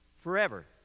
forever